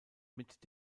mit